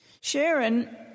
Sharon